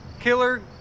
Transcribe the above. killer